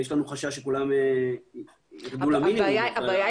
יש לנו חשש שכולם ירדו למינימום --- הבעיה היא